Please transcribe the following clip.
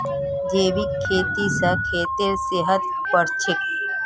जैविक खेती स खेतेर सेहत बढ़छेक